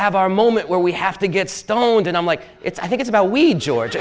have our moment where we have to get stoned and i'm like it's i think it's about we georg